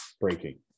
breaking